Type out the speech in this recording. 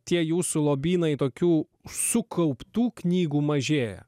tie jūsų lobynai tokių sukauptų knygų mažėja